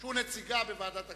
שהוא נציגה בוועדת הכספים,